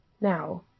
now